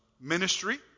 ministry